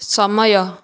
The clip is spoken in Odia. ସମୟ